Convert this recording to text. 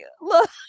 Look